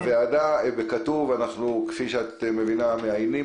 הישיבה ננעלה